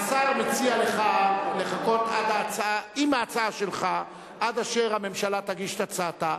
השר מציע לך לחכות עם ההצעה שלך עד אשר הממשלה תגיש את הצעתה.